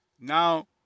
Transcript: Now